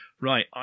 Right